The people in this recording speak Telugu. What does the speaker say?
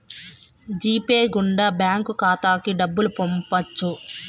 జీ పే గుండా బ్యాంక్ ఖాతాకి డబ్బులు పంపొచ్చు